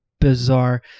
bizarre